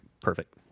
perfect